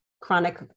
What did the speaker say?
chronic